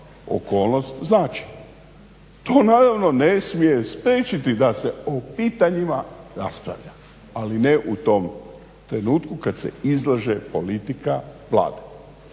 okolnost znači. To naravno ne smije spriječiti da se o pitanjima raspravlja, ali ne u tom trenutku kad se izlaže politika Vlade.